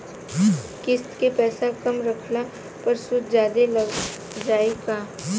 किश्त के पैसा कम रखला पर सूद जादे लाग जायी का?